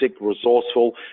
resourceful